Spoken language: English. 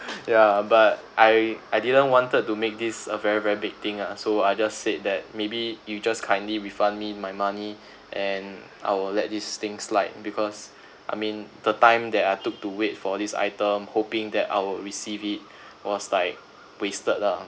ya but I I didn't wanted to make this a very very big thing ah so I just said that maybe you just kindly refund me my money and I will let this thing slide because I mean the time that I took to wait for this item hoping that I will receive it was like wasted lah